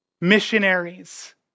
missionaries